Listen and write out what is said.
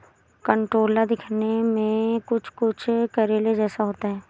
कंटोला दिखने में कुछ कुछ करेले जैसा होता है